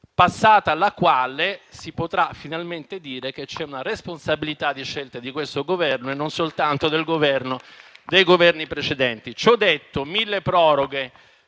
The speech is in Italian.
passata la quale si potrà finalmente dire che c'è una responsabilità nelle scelte di questo Governo e non soltanto di quelli precedenti. Ciò detto, passando